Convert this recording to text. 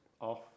off